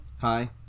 Hi